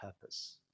purpose